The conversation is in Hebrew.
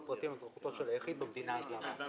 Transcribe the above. פרטים על אזרחותו של היחיד במדינה הזרה".